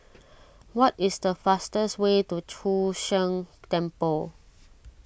what is the fastest way to Chu Sheng Temple